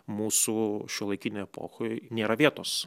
mūsų šiuolaikinėj epochoj nėra vietos